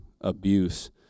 abuse